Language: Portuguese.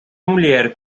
mulher